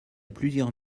plusieurs